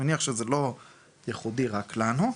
אני מניח שזה לא ייחודי רק לנו,